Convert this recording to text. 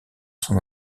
son